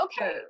okay